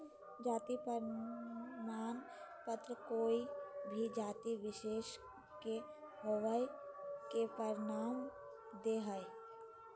जाति प्रमाण पत्र कोय भी जाति विशेष के होवय के प्रमाण दे हइ